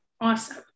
Awesome